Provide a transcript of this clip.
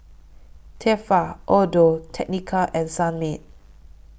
Tefal Audio Technica and Sunmaid